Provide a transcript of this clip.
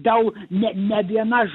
dau ne ne viena ž